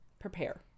prepare